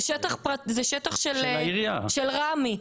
זה שטח של רמי,